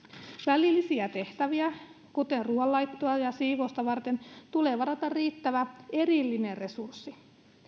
välillisiä tehtäviä kuten ruuanlaittoa ja siivousta varten tulee varata riittävä erillinen resurssi